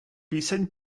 píseň